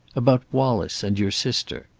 about wallace and your sister.